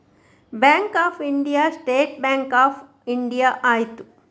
bank of India State Bank of India ಆಯಿತು